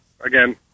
Again